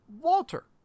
Walter